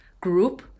group